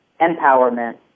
empowerment